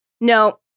No